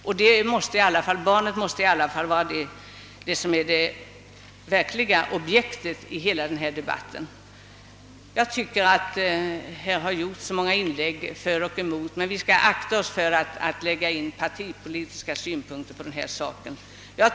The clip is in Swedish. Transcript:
Barnet måste i alla fall vara det viktigaste, eftersom det är barnet som är objektet i debatten. Här har gjorts många inlägg, både för och emot institutionerna, men jag tycker vi bör akta oss för att lägga partipolitiska synpunkter på denna fråga.